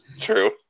True